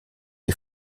die